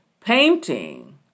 painting